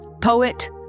poet